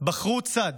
בחרו צד.